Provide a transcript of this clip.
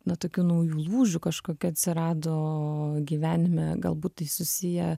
na tokių naujų lūžių kažkokių atsirado gyvenime galbūt tai susiję